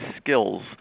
skills